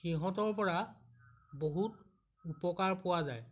সিহঁতৰ পৰা বহুত উপকাৰ পোৱা যায়